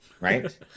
Right